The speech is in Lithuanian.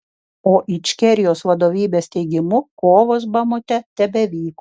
o ičkerijos vadovybės teigimu kovos bamute tebevyko